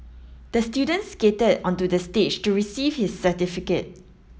the student skated onto the stage to receive his certificate